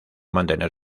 mantener